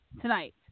tonight